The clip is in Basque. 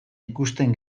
ikusten